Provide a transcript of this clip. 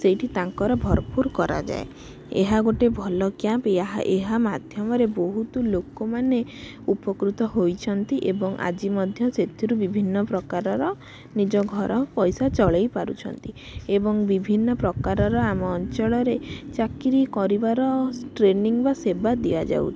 ସେଇଠି ତାଙ୍କର ଭରପୁର କରାଯାଏ ଏହା ଗୋଟେ ଭଲ କ୍ୟାମ୍ପ୍ ଏହା ଏହା ମାଧ୍ୟମରେ ବହୁତ ଲୋକମାନେ ଉପକୃତ ହୋଇଛନ୍ତି ଏବଂ ଆଜି ମଧ୍ୟ ସେଥିରୁ ବିଭିନ୍ନ ପ୍ରକାରର ନିଜ ଘର ପଇସା ଚଳେଇ ପାରୁଛନ୍ତି ଏବଂ ବିଭିନ୍ନ ପ୍ରକାରର ଆମ ଅଞ୍ଚଳରେ ଚାକିରୀ କରିବାର ଟ୍ରେନିଂ ବା ସେବା ଦିଆଯାଉଛି